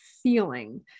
feeling